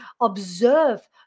observe